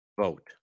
vote